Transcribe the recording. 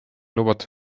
lubatud